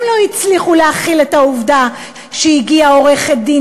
הם לא הצליחו להכיל את העובדה שהגיעה עורכת-דין